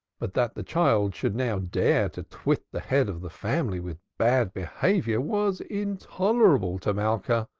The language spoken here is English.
but that the child should now dare to twit the head of the family with bad behavior was intolerable to malka,